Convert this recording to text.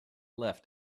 left